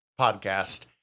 podcast